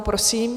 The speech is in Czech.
Prosím.